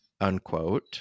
unquote